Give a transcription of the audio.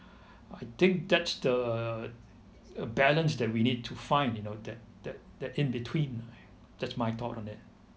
I think that's the balance that we need to find you know that that that in between that's my thought on that